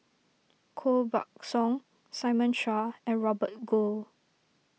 Koh Buck Song Simon Chua and Robert Goh